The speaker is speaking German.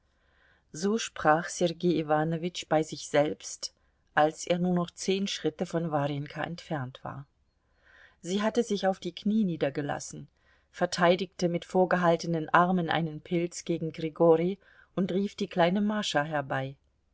so sprach sergei iwanowitsch bei sich selbst als er nur noch zehn schritte von warjenka entfernt war sie hatte sich auf die knie niedergelassen verteidigte mit vorgehaltenen armen einen pilz gegen grigori und rief die kleine mascha herbei